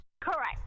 Correct